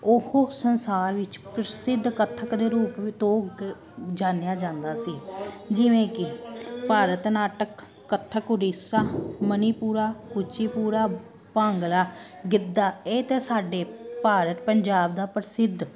ਉਹ ਸੰਸਾਰ ਵਿੱਚ ਪ੍ਰਸਿੱਧ ਕੱਥਕ ਦੇ ਰੂਪ ਤੋਂ ਜਾਣਿਆ ਜਾਂਦਾ ਸੀ ਜਿਵੇਂ ਕਿ ਭਾਰਤ ਨਾਟਕ ਕੱਥਕ ਉੜੀਸਾ ਮਨੀਪੁਰਾ ਕੁਚੀਪੁਰਾ ਭੰਗੜਾ ਗਿੱਧਾ ਇਹ ਤਾਂ ਸਾਡੇ ਭਾਰਤ ਪੰਜਾਬ ਦਾ ਪ੍ਰਸਿੱਧ